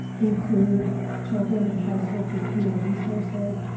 include children in households with fewer resources,